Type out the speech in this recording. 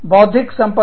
बौद्धिक संपदा